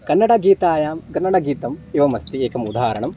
कन्नडगीतायां कन्नडगीतम् एवमस्ति एकम् उदाहरणं